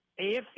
AFC